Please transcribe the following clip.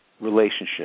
relationship